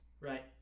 Right